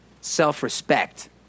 Self-respect